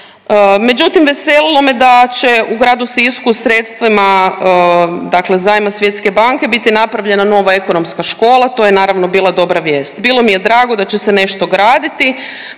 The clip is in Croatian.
Međutim veselilo me da će u gradu Sisku sredstvima, dakle zajma Svjetske banke biti napravljena nova Ekonomska škola, to je naravno bila dobra vijest. Bilo mi je drago da će se nešto graditi